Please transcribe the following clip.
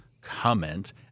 comment—